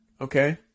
Okay